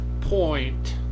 point